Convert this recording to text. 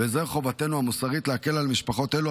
וזו חובתנו המוסרית להקל על משפחות אלו,